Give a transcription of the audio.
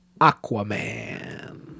Aquaman